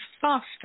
faster